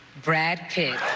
brad pitt.